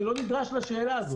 אני לא נדרש לשאלה הזאת.